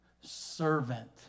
Servant